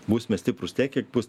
būsime stiprūs tiek kiek bus